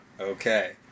Okay